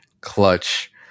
clutch